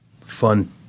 fun